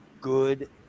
good